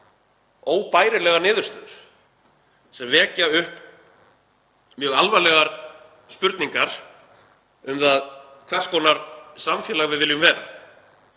óbærilegar niðurstöður sem vekja upp mjög alvarlegar spurningar um það hvers konar samfélag við viljum vera.